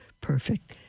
perfect